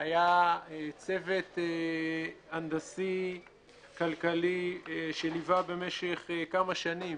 היה צוות הנדסי כלכלי שליווה במשך כמה שנים